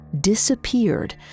disappeared